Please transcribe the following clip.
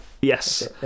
yes